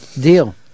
deal